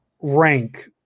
rank